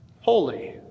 holy